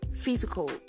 physical